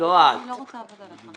אני לא רוצה לעבוד עליך.